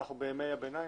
אנחנו בימי הביניי?